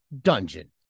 dungeon